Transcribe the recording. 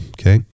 Okay